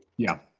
yeah.